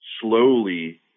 slowly